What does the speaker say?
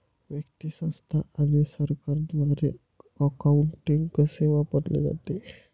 व्यक्ती, संस्था आणि सरकारद्वारे अकाउंटिंग कसे वापरले जाते